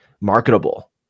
marketable